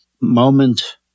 moment